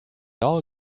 all